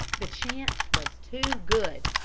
the chance was too good.